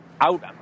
out